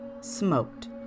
smoked